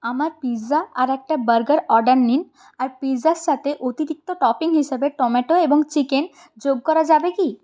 আমার পিৎজা আর একটা বার্গার অর্ডার নিন আর পিৎজার সাথে অতিরিক্ত টপিং হিসাবে টমেটো এবং চিকেন যোগ করা যাবে কি